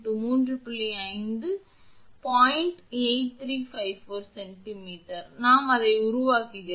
8354 centimetre நாம் அதை உருவாக்குகிறோம்